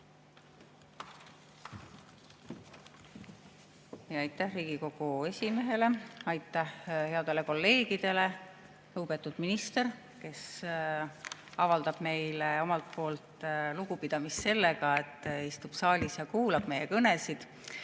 Aitäh Riigikogu esimehele! Aitäh headele kolleegidele! Lugupeetud minister, kes avaldab meile omalt poolt lugupidamist sellega, et istub saalis ja kuulab meie kõnesid!